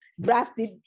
drafted